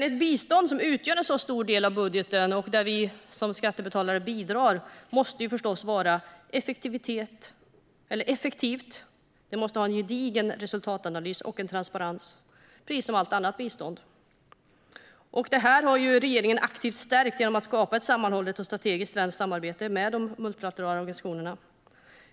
Ett bistånd som utgör en så stor del av budgeten, där vi skattebetalare bidrar, måste förstås vara effektivt, ha en gedigen resultatanalys och en transparens, precis som allt annat bistånd. Detta har regeringen aktivt stärkt genom att skapa ett sammanhållet och strategiskt svenskt samarbete med de multilaterala organisationerna.